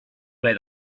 where